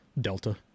Delta